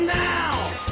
now